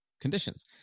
conditions